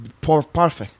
Perfect